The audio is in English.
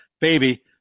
Baby